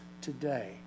today